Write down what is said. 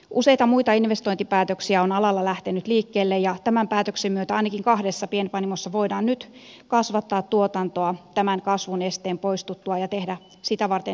useita muita investointipäätöksiä on alalla lähtenyt liikkeelle ja tämän päätöksen myötä ainakin kahdessa pienpanimossa voidaan nyt kasvattaa tuotantoa tämän kasvun esteen poistuttua ja tehdä sitä varten investointeja